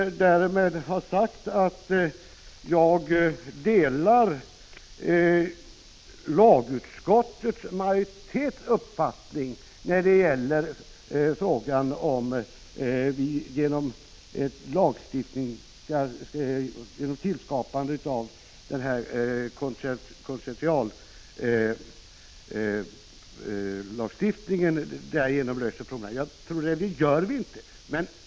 Därmed vill jag säga att jag delar lagutskottsmajoritetens uppfattning när det gäller frågan om vi genom tillskapande av konsortiallagstiftning löser problemen. Jag tror inte att vi gör det.